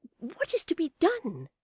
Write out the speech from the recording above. what is to be done